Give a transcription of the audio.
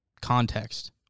context